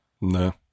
No